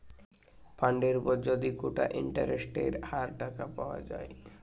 ফান্ডের উপর যদি কোটা ইন্টারেস্টের হার টাকা পাওয়া যায়